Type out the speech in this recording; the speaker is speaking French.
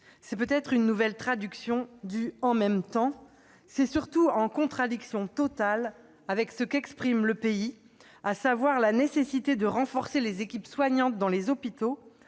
est-ce une nouvelle traduction du « en même temps »? C'est surtout en contradiction totale avec ce qu'exprime le pays, à savoir la nécessité de renforcer les équipes soignantes dans les hôpitaux,